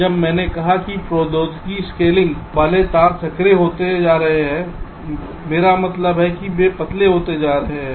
अब मैंने कहा कि प्रौद्योगिकी स्केलिंग वाले तार संकरे होते जा रहे हैं मेरा मतलब है कि वे पतले होते जा रहे हैं